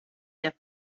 der